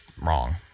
wrong